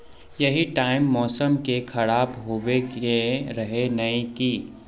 यही टाइम मौसम के खराब होबे के रहे नय की?